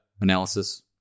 analysis